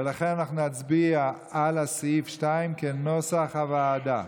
לכן אנחנו נצביע על סעיף 2, כנוסח הוועדה.